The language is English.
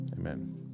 amen